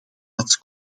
plaats